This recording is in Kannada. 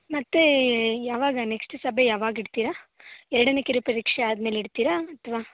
ಮತ್ತೆ ಯಾವಾಗ ನೆಕ್ಸ್ಟ್ ಸಭೆ ಯಾವಾಗ ಇಡ್ತೀರಾ ಎರಡನೇ ಕಿರುಪರೀಕ್ಷೆ ಆದಮೇಲೆ ಇಡ್ತೀರಾ ಅಥವಾ